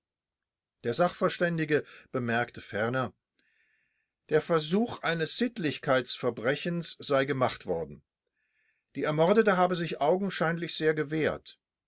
der sachverständige ge bemerkte ferner der versuch eines sittlichkeitsverbrechens sei gemacht worden die ermordete habe sich augenscheinlich sehr gewehrt